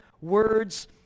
words